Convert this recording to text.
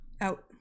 out